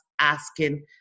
asking